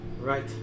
Right